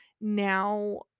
now